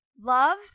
Love